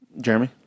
Jeremy